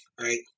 right